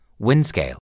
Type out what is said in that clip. Windscale